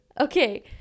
Okay